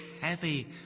heavy